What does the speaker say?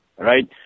Right